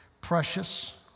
precious